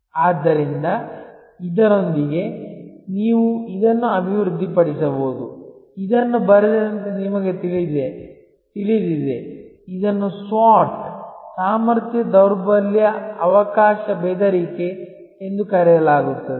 ಆದ್ದರಿಂದ ಇದರೊಂದಿಗೆ ನೀವು ಇದನ್ನು ಅಭಿವೃದ್ಧಿಪಡಿಸಬಹುದು ಇದನ್ನು ಬರೆದಂತೆ ನಿಮಗೆ ತಿಳಿದಿದೆ ಇದನ್ನು SWOT ಸಾಮರ್ಥ್ಯ ದೌರ್ಬಲ್ಯ ಅವಕಾಶ ಬೆದರಿಕೆ ಎಂದು ಕರೆಯಲಾಗುತ್ತದೆ